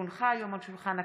כי הונחה היום על שולחן הכנסת,